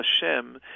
Hashem